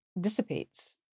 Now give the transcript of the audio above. dissipates